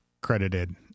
credited